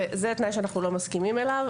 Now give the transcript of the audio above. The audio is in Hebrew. וזה תנאי שאנחנו לא מסכימים עליו.